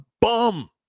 bum